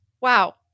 wow